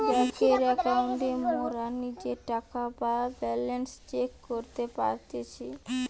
বেংকের একাউন্টে মোরা নিজের টাকা বা ব্যালান্স চেক করতে পারতেছি